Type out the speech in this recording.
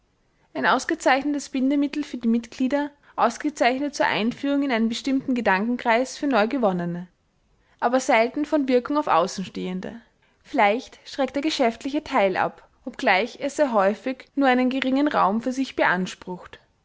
ein ausgezeichnetes bindemittel für die mitglieder ausgezeichnet zur einführung in einen bestimmten gedankenkreis für neugewonnene aber selten von wirkung auf außenstehende vielleicht schreckt der geschäftliche teil ab obgleich er sehr häufig nur einen geringen raum für sich beansprucht